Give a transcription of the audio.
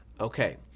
Okay